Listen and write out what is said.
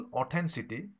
authenticity